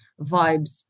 vibes